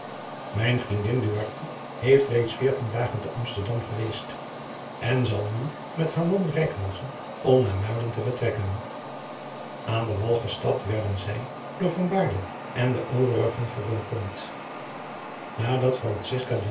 mijne vriendin duarte heeft reeds veertien dagen te amsterdam geweest en zal nu met haar man reikhalzen om naar muiden te vertrekken aan den wal gestapt werden zij door van baerle en de overigen verwelkomd nadat